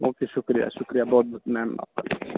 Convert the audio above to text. okay شکریہ شکریہ بہت بہت میم آپ کا